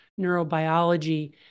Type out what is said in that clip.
neurobiology